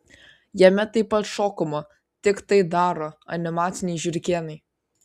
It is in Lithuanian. jame taip pat šokama tik tai daro animaciniai žiurkėnai